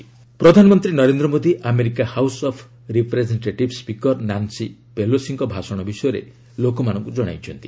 PM Pelosi ପ୍ରଧାନମନ୍ତ୍ରୀ Narendra Modi America House of Representatives ୱିକର Nancy ପେଲୋସିଙ୍କ ଭାଷଣ ବିଷୟରେ ଲୋକମାନଙ୍କୁ ଜଣାଇଛନ୍ତି